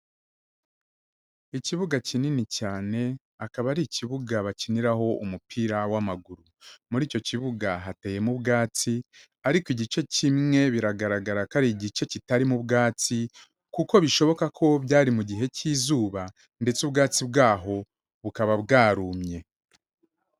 Ikibuga kinini cyane, akaba ari ikibuga bakiniraho umupira w'amaguru. Muri icyo kibuga hateyemo ubwatsi, ariko igice kimwe biragaragara ko ari igice kitarimo ubwatsi, kuko bishoboka ko byari mu gihe cy'izuba, ndetse ubwatsi bwaho bukaba bwarumye.